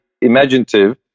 imaginative